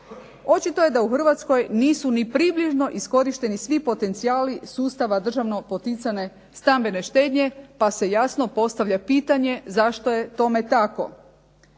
Očito je da u Hrvatskoj nisu ni približno iskorišteni svi potencijali sustava državno poticane stambene štednje pa se jasno postavlja pitanje zašto je tome tako?